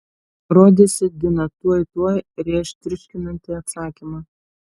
rodėsi dina tuoj tuoj rėš triuškinantį atsakymą